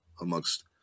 amongst